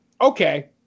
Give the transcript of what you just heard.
okay